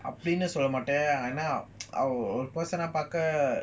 அப்டினுசொல்லமாட்டேன்ஆனாஒரு:apdinu solla maten ana oru person ah பார்க்க:parka